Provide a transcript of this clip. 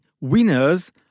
winners